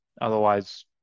Otherwise